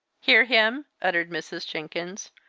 hear him! uttered mrs. jenkins.